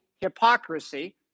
hypocrisy